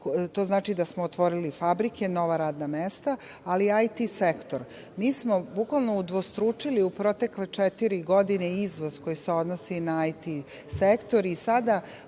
To znači da smo otvorili fabrike, nova radna mesta, ali i IT sektor. Mi smo bukvalno udvostručili u protekle četiri godine izvoz koji se odnosi na IT sektor i sada